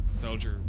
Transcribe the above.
soldier